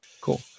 Cool